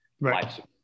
right